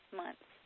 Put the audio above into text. months